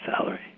salary